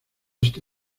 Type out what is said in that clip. este